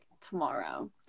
tomorrow